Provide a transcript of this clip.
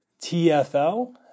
TFL